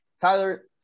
Tyler